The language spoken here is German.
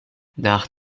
nach